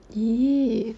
!eew!